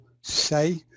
say